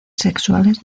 sexuales